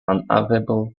unavailable